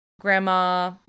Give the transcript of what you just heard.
grandma